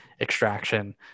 Extraction